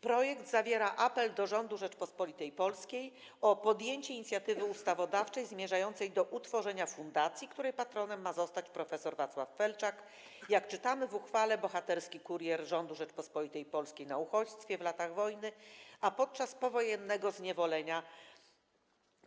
Projekt zawiera apel do rządu Rzeczypospolitej Polskiej o podjęcie inicjatywy ustawodawczej zmierzającej do utworzenia fundacji, której patronem ma zostać prof. Wacław Felczak, jak czytamy w uchwale, bohaterski kurier rządu Rzeczypospolitej Polskiej na uchodźstwie w latach wojny, a podczas powojennego zniewolenia